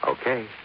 Okay